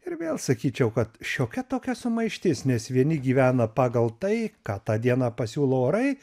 ir vėl sakyčiau kad šiokia tokia sumaištis nes vieni gyvena pagal tai ką tą dieną pasiūlo orai